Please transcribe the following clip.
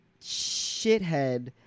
shithead